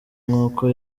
nkuko